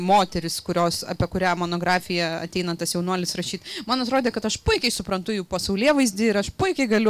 moteris kurios apie kurią monografija ateina tas jaunuolis rašyt man atrodė kad aš puikiai suprantu jų pasaulėvaizdį ir aš puikiai galiu